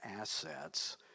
assets